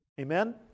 Amen